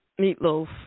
Meatloaf